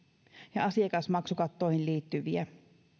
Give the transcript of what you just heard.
ja asiakasmaksukattoihin liittyviä asioita